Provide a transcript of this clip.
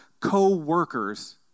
co-workers